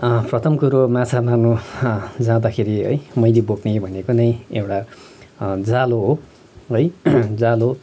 प्रथम कुरो माछा मार्नु जाँदाखेरि है मैले बोक्ने भनेको नै एउटा जालो हो है जालो